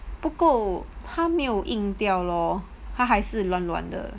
不够他没有硬掉 lor 他还是软软的